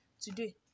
today